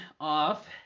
off